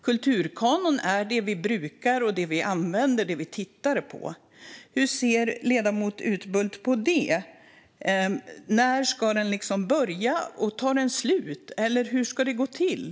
Kulturkanon är det vi brukar, det vi använder och det vi tittar på. Hur ser ledamoten Utbult på det? När ska den börja? Tar den slut? Hur ska detta gå till?